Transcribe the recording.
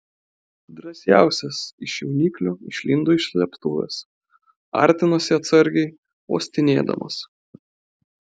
drąsiausias iš jauniklių išlindo iš slėptuvės artinosi atsargiai uostinėdamas